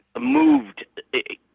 moved